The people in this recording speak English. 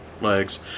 legs